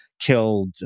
killed